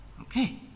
Okay